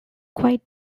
quiet